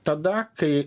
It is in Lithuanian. tada kai